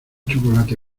chocolate